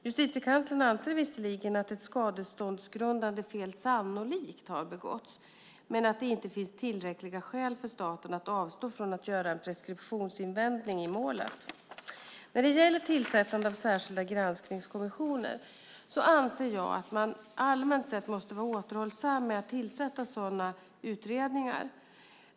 Justitiekanslern anser visserligen att ett skadeståndsgrundande fel sannolikt har begåtts, men att det inte finns tillräckliga skäl för staten att avstå från att göra en preskriptionsinvändning i målet. När det gäller tillsättande av särskilda granskningskommissioner anser jag att man allmänt sett måste vara återhållsam med att tillsätta sådana utredningar.